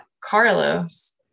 Carlos